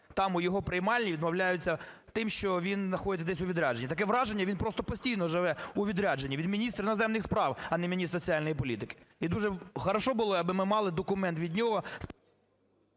там у його приймальній відмовляються тим, що він знаходиться десь у відрядженні. Таке враження, він просто постійно живе у відрядженні, він міністр іноземних справ, а не міністр соціальної політики. І дуже хорошо було б, якби ми мали документ від нього…